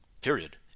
period